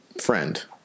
friend